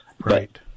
Right